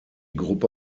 gruppe